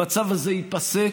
המצב הזה ייפסק.